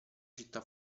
città